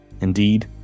Indeed